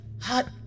Hot